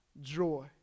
joy